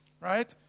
right